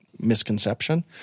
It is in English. misconception